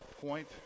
point